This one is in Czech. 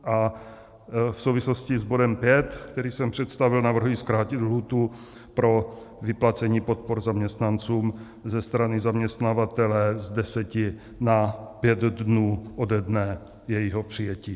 A v souvislosti s bodem 5, který jsem představil, navrhuji zkrátit lhůtu pro vyplacení podpor zaměstnancům ze strany zaměstnavatele z 10 na 5 dnů ode dne jejího přijetí.